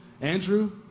Andrew